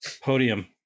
Podium